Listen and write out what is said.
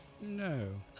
No